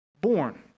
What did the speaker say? born